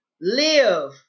live